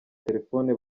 telefoni